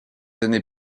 années